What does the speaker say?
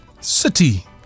city